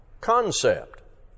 concept